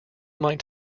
might